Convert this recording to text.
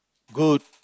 good